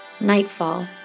Nightfall